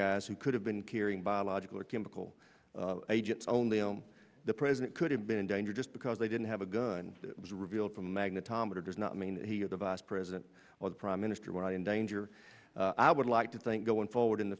guys who could have been carrying biological or chemical agents only on the president could have been in danger just because they didn't have a gun was revealed from magnetometer does not mean he or the vice president or the prime minister went in danger i would like to think going forward in the